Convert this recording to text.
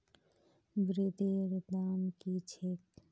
ब्रेदेर दाम की छेक